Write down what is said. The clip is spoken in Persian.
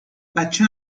بچه